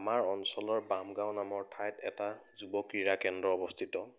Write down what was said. আমাৰ অঞ্চলৰ বামগাঁও নামৰ ঠাইত এটা যুৱক্ৰীড়া কেন্দ্ৰ অৱস্থিত